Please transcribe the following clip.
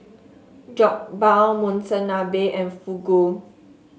Jokbal Monsunabe and Fugu